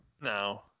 no